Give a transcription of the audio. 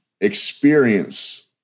experience